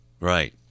Right